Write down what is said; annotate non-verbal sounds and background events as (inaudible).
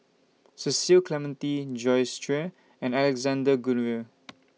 Cecil Clementi Joyce Jue and Alexander Guthrie (noise)